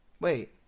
Wait